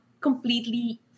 completely